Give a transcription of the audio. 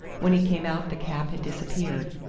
when he came out the cab had disappeared.